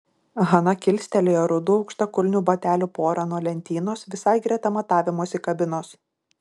hana kilstelėjo rudų aukštakulnių batelių porą nuo lentynos visai greta matavimosi kabinos